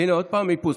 הינה, עוד פעם איפוס.